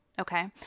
Okay